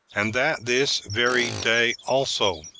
and that this very day also.